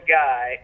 guy